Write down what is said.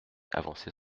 avancée